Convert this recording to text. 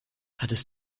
hattest